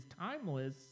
timeless